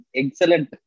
excellent